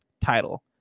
title